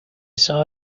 saw